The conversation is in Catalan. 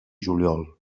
juliol